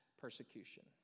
persecution